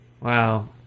Wow